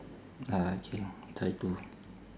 ah K try to